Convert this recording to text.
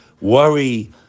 worry